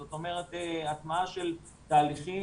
זאת אומרת הטמעה של תהליכים,